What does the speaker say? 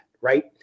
right